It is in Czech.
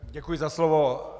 Děkuji za slovo.